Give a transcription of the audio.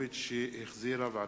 תודה.